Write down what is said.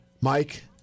Mike